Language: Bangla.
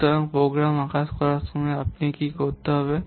সুতরাং প্রোগ্রাম আকার প্রকাশ করার সময় আপনি কি করতে হবে